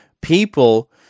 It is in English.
People